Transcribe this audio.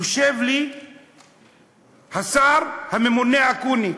יושב לי השר הממונה אקוניס,